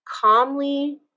Calmly